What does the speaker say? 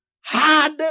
hard